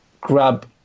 grab